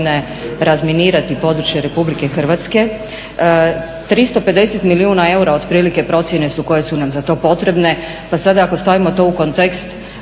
razminirati područje RH. 350 milijuna eura, otprilike procjene su koje su nam za to potrebne, pa sada ako stavimo to u kontekst